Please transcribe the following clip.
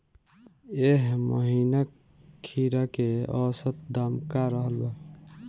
एह महीना खीरा के औसत दाम का रहल बा?